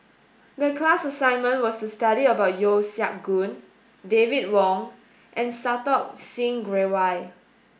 the class assignment was to study about Yeo Siak Goon David Wong and Santokh Singh Grewal